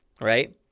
right